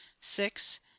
six